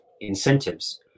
incentives